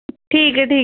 ठीक ऐ ठीक